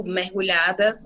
mergulhada